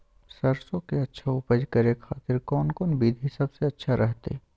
सरसों के अच्छा उपज करे खातिर कौन कौन विधि सबसे अच्छा रहतय?